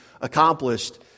accomplished